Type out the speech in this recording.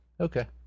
Okay